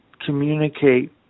communicate